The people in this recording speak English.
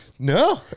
No